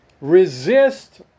Resist